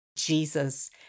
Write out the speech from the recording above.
Jesus